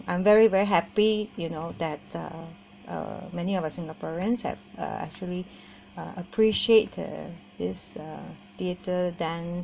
I'm very very happy you know that uh uh many of our singaporeans have uh actually uh appreciate the this uh theatre dance